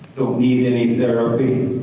don't need any therapy,